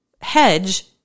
hedge